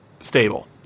stable